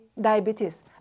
Diabetes